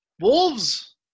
Wolves